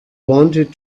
wanted